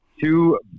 two